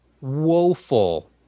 woeful